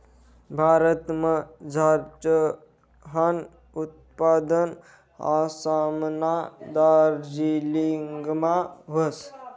भारतमझार चहानं उत्पादन आसामना दार्जिलिंगमा व्हस